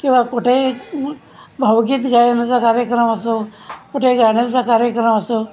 किंवा कुठे भावगीत गायनाचा कार्यक्रम असो कुठे गाण्यांचा कार्यक्रम असो